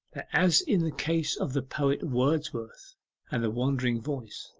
as in the case of the poet wordsworth and the wandering voice,